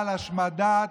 על השמדה,